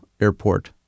Airport